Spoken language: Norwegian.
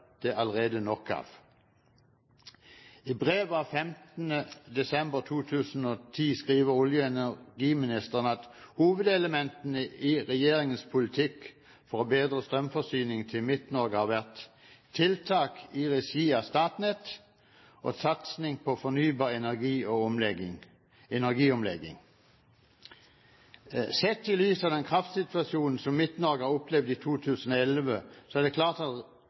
er det allerede nok av. I brev av 15. desember 2010 skriver olje- og energiministeren at hovedelementene i regjeringens politikk for å bedre strømforsyningen i Midt-Norge har vært tiltak i regi av Statnett og satsingen på fornybar energi og energiomlegging. Sett i lys av den kraftsituasjonen som Midt-Norge har opplevd i 2011, er det klart at